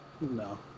No